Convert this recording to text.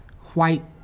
white